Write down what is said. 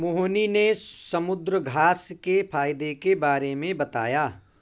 मोहिनी ने समुद्रघास्य के फ़ायदे के बारे में बताया